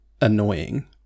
annoying